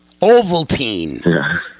Ovaltine